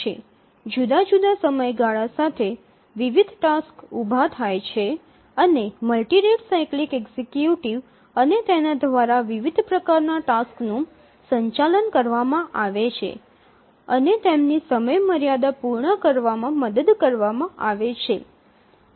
જુદા જુદા સમયગાળા સાથે વિવિધ ટાસક્સ ઉભા થાય છે અને મલ્ટિ રેટ સાયક્લિક એક્ઝિક્યુટિવ અને તેના દ્વારા આ વિવિધ પ્રકારનાં ટાસક્સ નું સંચાલન કરવામાં આવે છે અને તેમની સમયમર્યાદા પૂર્ણ કરવામાં મદદ કરવામાં આવે છે